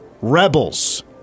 Rebels